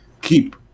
keep